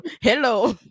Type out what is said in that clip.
hello